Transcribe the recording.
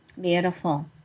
Beautiful